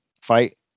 fight